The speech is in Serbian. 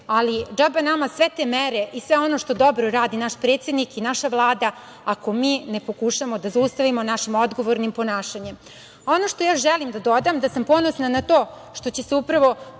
ali džaba nama sve te mere i sve ono što dobro radi naš predsednik i naša Vlada, ako mi ne pokušamo da zaustavimo našim odgovornim ponašanjem. Ono što ja želim da dodam je da sam ponosna na to što će se upravo